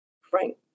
Frank